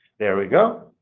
there we go.